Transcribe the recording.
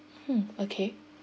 mm okay